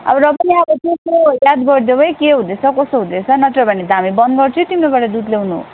अब र पनि अब त्यस्तो याद गरिदेऊ है के हुँदैछ कसो हुँदैछ नत्र भने त हामी बन्द गर्छौँ है तिम्रोबाट दुध ल्याउनु